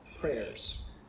prayers